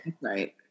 right